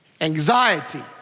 anxiety